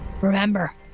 Remember